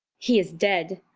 he is dead.